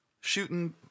shooting